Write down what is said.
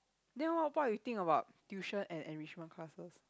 then what about you think about tuition and enrichment classes